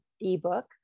ebook